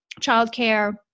childcare